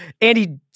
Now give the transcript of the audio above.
Andy